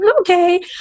okay